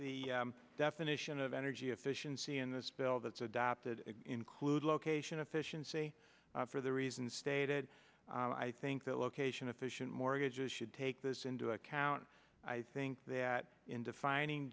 the definition of energy efficiency in this bill that's adopted include location efficiency for the reason stated i think that location efficient mortgages should take this into account i think that in defining